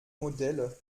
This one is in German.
modelle